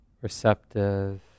receptive